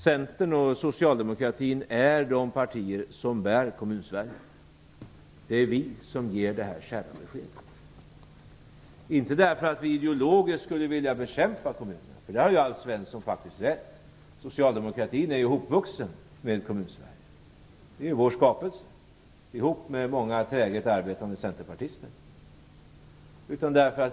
Centern och Socialdemokratin är de partier som bär Kommunsverige. Det är vi som ger det här kärva beskedet. Det beror inte på att vi ideologiskt skulle vilja bekämpa kommunerna. Alf Svensson har faktiskt rätt, socialdemokratin är hopvuxen med Kommunsverige. Det är vår skapelse - tillsammans med många träget arbetande centerpartister.